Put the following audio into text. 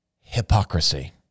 hypocrisy